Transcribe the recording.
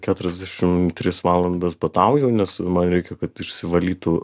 keturiasdešimt tris valandas badauju nes man reikia kad išsivalytų